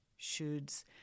shoulds